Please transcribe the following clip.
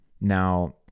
Now